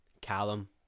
Callum